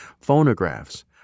phonographs